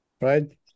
right